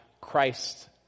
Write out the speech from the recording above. Christ